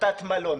הצתת מלון.